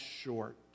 short